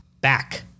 back